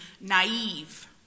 naive